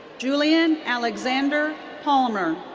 julian alexander palmer.